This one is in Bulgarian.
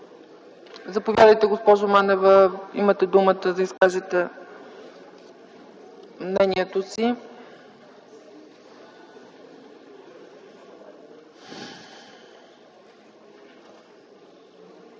Заповядайте, госпожо Манева. Имате думата, за да изкажете мнението си.